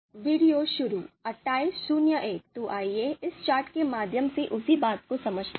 video शुरू 2801 तो आइए इस चार्ट के माध्यम से उसी बात को समझते हैं